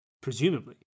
Presumably